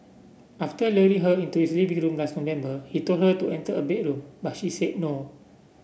after luring her into his living room last November he told her to enter a bedroom but she said no